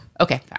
Okay